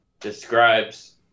describes